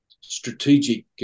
strategic